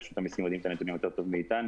רשות המסים יודעים את הנתונים יותר טוב מאתנו,